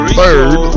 third